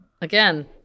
again